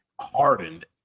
hardened